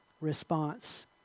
response